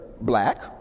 black